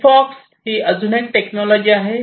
Sigfox ही अजून एक टेक्नॉलॉजी आहे